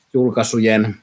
Julkaisujen